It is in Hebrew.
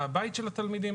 מה הבית של התלמידים,